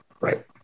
Right